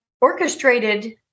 orchestrated